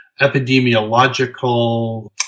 epidemiological